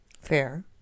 Fair